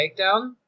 takedown